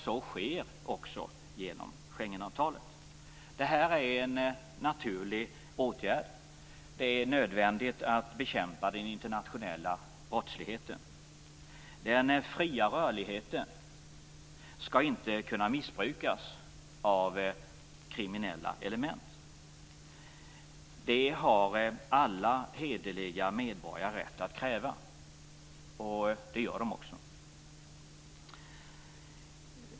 Så sker också genom Schengenavtalet. Detta är en naturlig åtgärd. Det är nödvändigt att bekämpa den internationella brottsligheten. Den fria rörligheten skall inte kunna missbrukas av kriminella element. Det har alla hederliga medborgare rätt att kräva, och det gör de också.